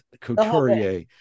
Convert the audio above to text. couturier